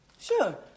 Sure